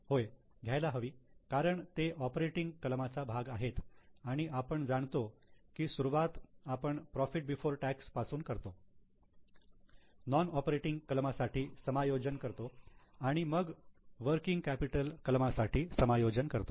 होय घ्यायला हवी कारण ते ऑपरेटिंग कलमाचा भाग आहेत आणि आपण जाणतो की सुरुवात आपण प्रॉफिट बिफोर टॅक्स पासून करतो नॉन ऑपरेटिंग कलमांसाठी समायोजन करतो आणि मग वर्किंग कॅपिटल कलमांसाठी समायोजन करतो